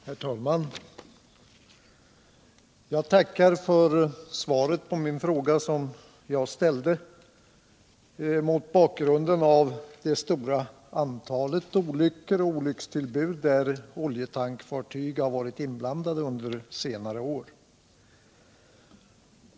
Herr talman! Jag tackar för svaret på min fråga, som jag ställde mot bakgrund av det stora antal olyckor och olyckstillbud där oljetankfartyg varit inblandade under senare år.